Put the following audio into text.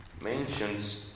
mentions